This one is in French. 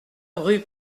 rue